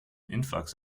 influx